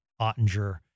Ottinger